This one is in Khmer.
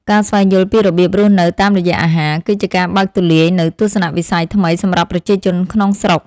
ការស្វែងយល់ពីរបៀបរស់នៅតាមរយៈអាហារ គឺជាការបើកទូលាយនូវទស្សនវិស័យថ្មីសម្រាប់ប្រជាជនក្នុងស្រុក។